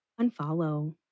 Unfollow